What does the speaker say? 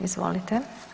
Izvolite.